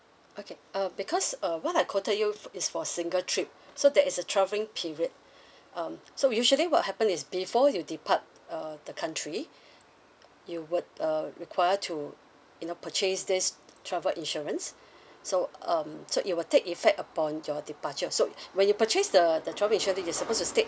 okay uh because uh what I quoted you is for a single trip so there is a travelling period um so usually what happen is before you depart uh the country you would uh require to you know purchase this travel insurance so um so it will take effect upon your departure so when you purchase the the travel you're supposed to state